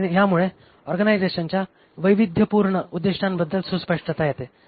आणि यामुळे ऑर्गनायझेशनच्या वैविद्धयपूर्ण उद्दिष्टांबद्दल सुस्पष्टता येते